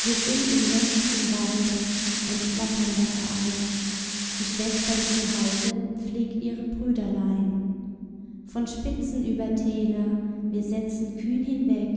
wir sind im nächtigen walde ein flatternder verein die schwesterliche halde pflegt ihre brüderlein von spitzen über täler wir setzen kühn hinweg